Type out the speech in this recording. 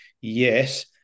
Yes